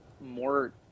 more